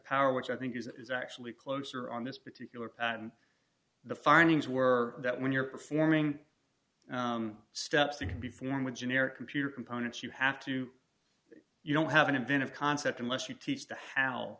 power which i think is actually closer on this particular the findings were that when you're performing steps that can be formed with generic computer components you have to you don't have an inventive concept unless you teach the how